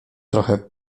trochę